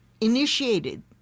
initiated